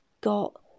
got